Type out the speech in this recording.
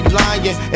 lying